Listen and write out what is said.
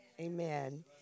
Amen